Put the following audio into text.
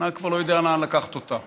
הנהג כבר לא יודע לאן לקחת אותה.